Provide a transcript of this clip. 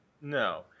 No